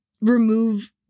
remove